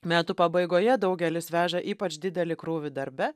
metų pabaigoje daugelis veža ypač didelį krūvį darbe